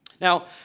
Now